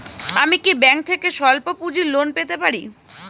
আমি কি ব্যাংক থেকে স্বল্প পুঁজির লোন পেতে পারি?